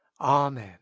Amen